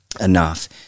enough